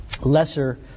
lesser